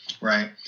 Right